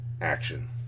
action